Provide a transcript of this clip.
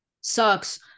sucks